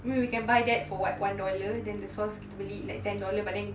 we we can buy that for what one dollar than the sauce kita beli like ten dollar but then